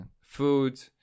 food